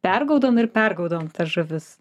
pergaudom ir pergaudom tas žuvis